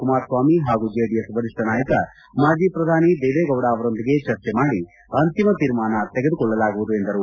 ಕುಮಾರಸ್ವಾಮಿ ಹಾಗೂ ಜೆಡಿಎಸ್ ವರಿಷ್ಠ ನಾಯಕ ಮಾಜಿ ಪ್ರಧಾನಿ ದೇವೇಗೌಡ ಅವರೊಂದಿಗೆ ಚರ್ಚೆ ಮಾಡಿ ಅಂತಿಮ ತೀರ್ಮಾನ ತೆಗೆದುಕೊಳ್ಳಲಾಗುವುದು ಎಂದರು